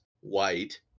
white